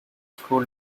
school